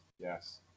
Yes